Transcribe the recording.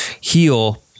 heal